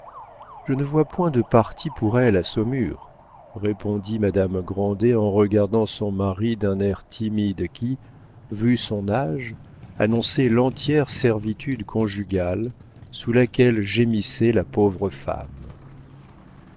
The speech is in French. je ne vois point de partis pour elle à saumur répondit madame grandet en regardant son mari d'un air timide qui vu son âge annonçait l'entière servitude conjugale sous laquelle gémissait la pauvre femme